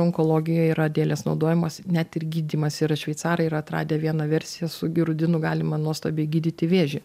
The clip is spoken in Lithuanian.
onkologijoj yra dėlės naudojamos net ir gydymas yra šveicarai yra atradę vieną versiją su girudinu galima nuostabiai gydyti vėžį